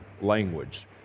language